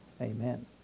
amen